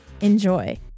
Enjoy